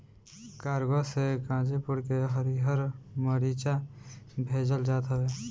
cargo से गाजीपुर के हरिहर मारीचा भेजल जात हवे